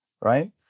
right